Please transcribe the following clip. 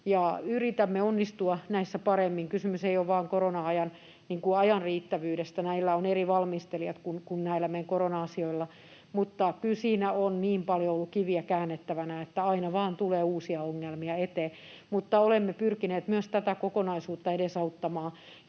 Yritämme onnistua näissä paremmin. Kysymys ei ole vain ajan riittävyydestä korona-aikana — näillä on eri valmistelijat kuin näillä meidän korona-asioilla: kyllä siinä on niin paljon ollut kiviä käännettävänä, että aina vaan tulee uusia ongelmia eteen. Mutta olemme pyrkineet myös tätä kokonaisuutta edesauttamaan.